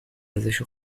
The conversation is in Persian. ارزش